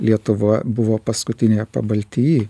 lietuva buvo paskutinė pabaltyjy